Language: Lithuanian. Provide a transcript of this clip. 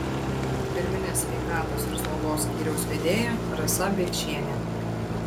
pirminės sveikatos ir slaugos skyriaus vedėja rasa biekšienė